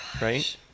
right